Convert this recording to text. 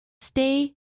stay